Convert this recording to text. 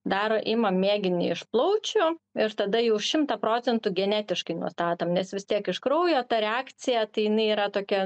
daro imam mėginį iš plaučių ir tada jau šimtą procentų genetiškai nuostatom nes vis tiek iš kraujo ta reakcija tai jinai yra tokia